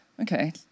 okay